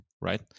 right